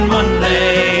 Monday